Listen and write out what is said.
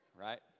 Right